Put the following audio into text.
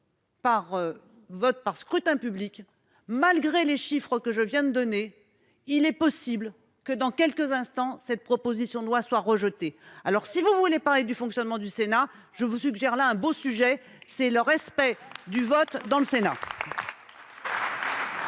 Par vote par scrutin public malgré les chiffres que je viens de donner. Il est possible que dans quelques instants cette proposition de loi soit rejeté. Alors si vous voulez parler du fonctionnement du Sénat. Je vous suggère là un beau sujet c'est le respect du vote dans le Sénat.